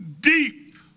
deep